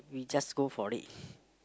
we just go for it